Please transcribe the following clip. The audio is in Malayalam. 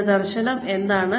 എന്റെ ദർശനം എന്താണ്